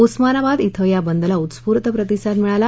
उस्मानाबाद िंग या बंदला उस्फूर्त प्रतिसाद मिळाला